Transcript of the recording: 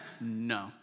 no